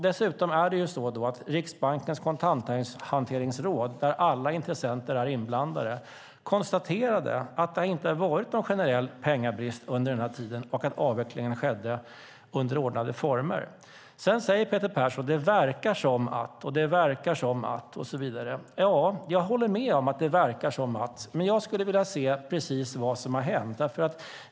Dessutom konstaterade Riksbankens kontanthanteringsråd, där alla intressenter är inblandade, att det inte varit någon generell pengabrist under den tiden och att avvecklingen skedde under ordnade former. Sedan säger Peter Persson: Det verkar som att, och det verkar som att. Ja, jag håller med om att det verkar som att. Jag skulle dock vilja se precis vad som har hänt.